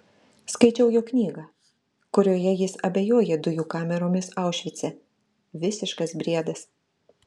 skaičiau jo knygą kurioje jis abejoja dujų kameromis aušvice visiškas briedas